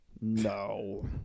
No